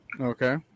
Okay